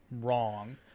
wrong